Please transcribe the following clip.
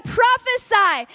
prophesy